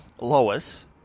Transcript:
Lois